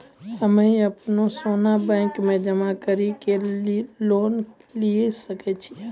हम्मय अपनो सोना बैंक मे जमा कड़ी के लोन लिये सकय छियै?